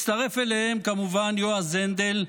מצטרף אליהם כמובן יועז הנדל,